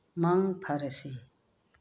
ꯃꯪ ꯐꯔꯁꯤ